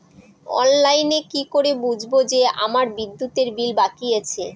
অনলাইনে কি করে বুঝবো যে আমার বিদ্যুতের বিল বাকি আছে?